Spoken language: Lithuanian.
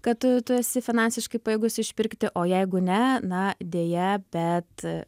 kad tu tu esi finansiškai pajėgus išpirkti o jeigu ne na deja bet